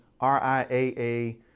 RIAA